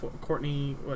Courtney